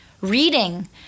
Reading